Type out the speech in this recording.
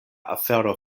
afero